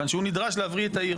כיוון שהוא נדרש להבריא את העיר.